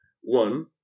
one